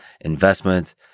investment